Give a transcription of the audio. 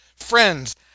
Friends